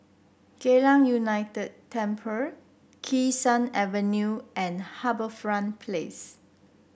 Geylang United Temple Kee Sun Avenue and HarbourFront Place